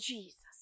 Jesus